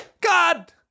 God